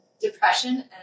depression